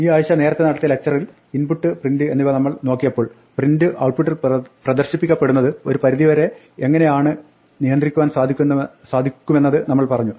ഈ ആഴ്ച്ച നേരത്തെ നടത്തിയ ലക്ച്റിൽ ഇൻപുട്ട് പ്രിന്റ് എന്നിവ നമ്മൾ നോക്കിയപ്പോൾ പ്രിന്റ് ഔട്ട്പുട്ടിൽ പ്രദർശിപ്പിക്കപ്പെടുന്നത് ഒരു പരിധി വരെ എങ്ങിനെയാണ് നിയന്ത്രിക്കുവാൻ സാധിക്കുമെന്നത് നമ്മൾ പറഞ്ഞു